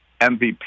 MVP